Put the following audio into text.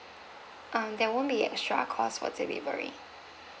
um there won't be extra cost for delivery